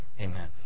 Amen